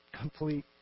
complete